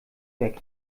weg